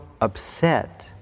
upset